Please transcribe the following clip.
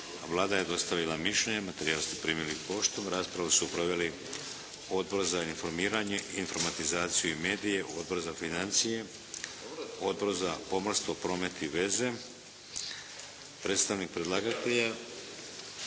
Vlada je dostavila mišljenje. Materijal ste primili poštom. Raspravu su proveli Odbor za informiranje, informatizaciju i medije, Odbor za financije, Odbor za pomorstvo, promet i veze. Predstavnik predlagatelja